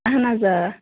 اہَن حظ آ